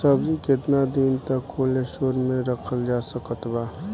सब्जी केतना दिन तक कोल्ड स्टोर मे रखल जा सकत बा?